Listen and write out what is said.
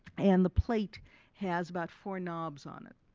and the plate has about four knobs on it.